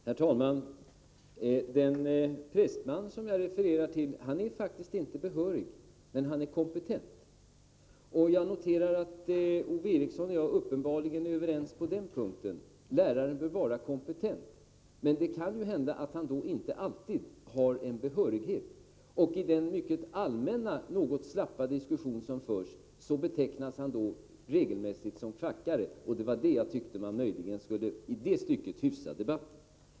Herr talman! Den prästman som jag refererar till är faktiskt inte behörig, men han är kompetent. Jag noterar att Ove Eriksson och jag uppenbarligen är överens på den punkten — läraren bör vara kompetent. Det kan då hända att han inte alltid har behörighet. I den mycket allmänna, något slappa, diskussion som förs betecknas han då regelmässigt som kvackare. Det var därför jag tyckte att man möjligen i det stycket skulle hyfsa debatten.